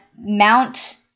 Mount